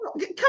Come